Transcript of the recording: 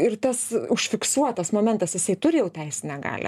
ir tas užfiksuotas momentas jisai turi jau teisinę galią